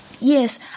yes